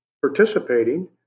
participating